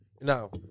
Now